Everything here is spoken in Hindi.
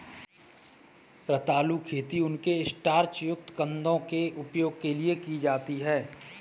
रतालू खेती उनके स्टार्च युक्त कंदों के उपभोग के लिए की जाती है